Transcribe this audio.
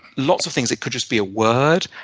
lots of things. it could just be a word,